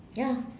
ya